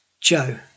Joe